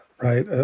right